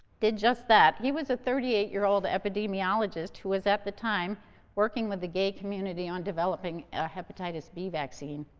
did just that. he was a thirty-eight-year-old epidemiologist who was at the time working with the gay community on developing a hepatitis b vaccine.